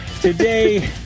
today